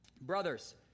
Brothers